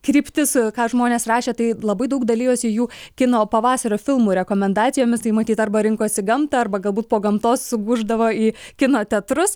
kryptis ką žmonės rašė tai labai daug dalijosi jų kino pavasario filmų rekomendacijomis tai matyt arba rinkosi gamtą arba galbūt po gamtos sugūždavo į kino teatrus